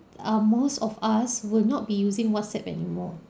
err most of us will not be using whatsapp anymore